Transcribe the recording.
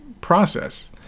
process